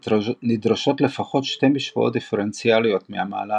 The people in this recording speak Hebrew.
נדרשות לפחות שתי משוואות דיפרנציאליות ממעלה